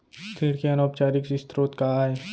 ऋण के अनौपचारिक स्रोत का आय?